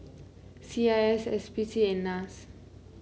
C I S S P C and NAS